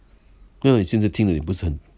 now 你现在听了不是很